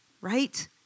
right